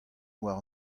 war